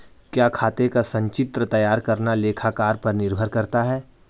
क्या खाते का संचित्र तैयार करना लेखाकार पर निर्भर करता है?